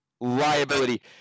liability